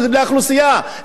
איפה נקים כבישים?